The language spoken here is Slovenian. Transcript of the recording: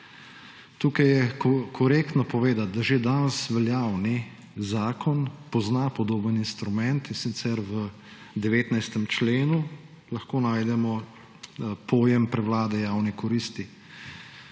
Tukaj je korektno povedati, da že danes veljavni zakon pozna podoben instrument, in sicer v 19. členu lahko najdemo pojem prevlade javne koristi.